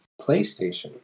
playstation